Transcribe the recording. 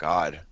God